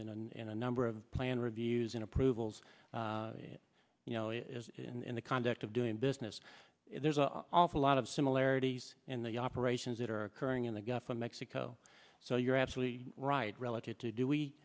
and in a number of plan reviews in approvals you know it is in the conduct of doing business there's an awful lot of similarities in the operations that are occurring in the gulf of mexico so you're absolutely right relative to do we